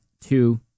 two